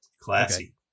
Classy